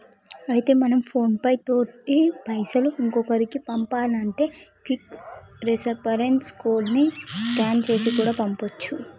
అయితే మనం PhonePe తోటి పైసలు ఇంకొకరికి పంపానంటే క్విక్ రెస్పాన్స్ కోడ్ ని స్కాన్ చేసి కూడా పంపొచ్చు